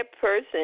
person